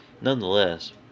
Nonetheless